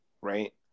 right